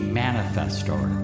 manifestor